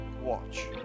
watch